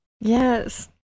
yes